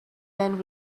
then